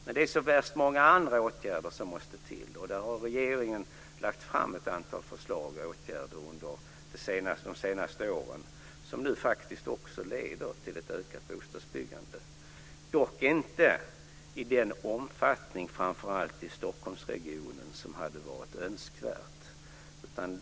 Men det är så många andra åtgärder som måste till, och regeringen har lagt fram ett antal förslag till åtgärder under de senaste åren som nu faktiskt också leder till ett ökat bostadsbyggande, dock inte i den omfattning i framför allt Stockholmsregionen som hade varit önskvärd.